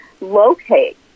locate